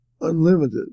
unlimited